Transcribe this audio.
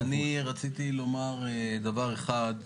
אני רציתי לומר דבר אחד,